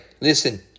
Listen